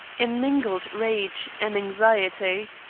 in mingled rage and anxiety.